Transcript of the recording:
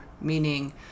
meaning